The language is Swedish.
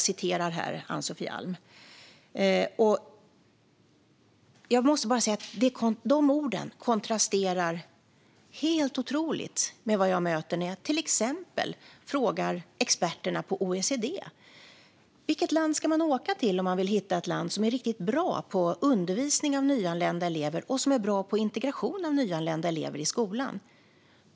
Dessa ord kontrasterar otroligt mycket mot vad jag möter när jag till exempel frågar experterna på OECD följande: Vilket land ska man åka till om man vill hitta ett land som är riktigt bra på undervisning av nyanlända elever och som är bra på integration av nyanlända elever i skolan?